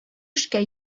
эшкә